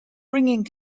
bringing